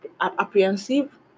apprehensive